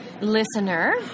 Listener